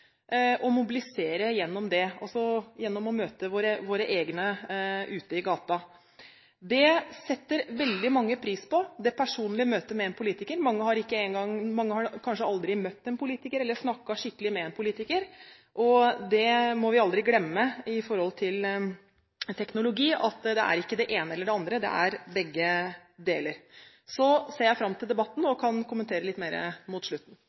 mobilisere gjennom det, altså gjennom å møte våre egne ute i gata. Det setter veldig mange pris på, det personlige møtet med en politiker. Mange har kanskje aldri møtt en politiker eller snakket skikkelig med en politiker. Vi må aldri glemme i forhold til teknologi at det er ikke enten det ene eller det andre, det er begge deler. Så ser jeg fram til debatten og kan kommentere litt mer mot slutten.